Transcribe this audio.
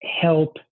help